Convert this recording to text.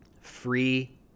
free